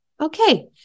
okay